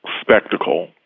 spectacle